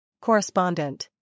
Correspondent